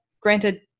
granted